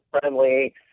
friendly